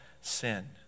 sin